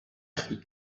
cri